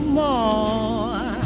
more